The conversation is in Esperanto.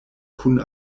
kun